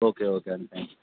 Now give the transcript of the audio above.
okay okay అండి thank you